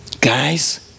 guys